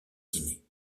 guinée